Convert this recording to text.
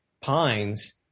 pines